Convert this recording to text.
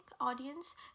audience